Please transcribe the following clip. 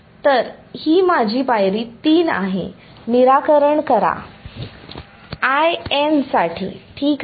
तरही माझी पायरी 3 आहे निराकरण करा साठी ठीक आहे